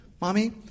Mommy